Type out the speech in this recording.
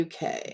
uk